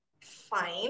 fine